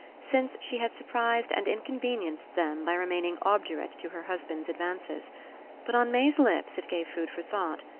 since she had surprised and inconvenienced them by remaining obdurate to her husband's advances but on may's lips it gave food for thought,